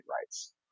rights